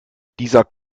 dieser